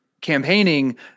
campaigning